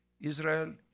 Israel